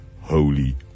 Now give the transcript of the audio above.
holy